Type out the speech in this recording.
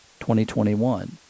2021